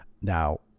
Now